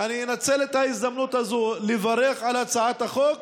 אני אנצל את ההזדמנות הזו לברך על הצעת החוק,